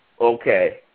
Okay